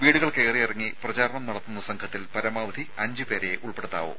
വീടുകൾ കയറിയിറങ്ങി പ്രചാരണം നടത്തുന്ന സംഘത്തിൽ പരമാവധി അഞ്ച് പേരെയേ ഉൾപ്പെടുത്താവൂ